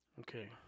Okay